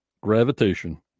gravitation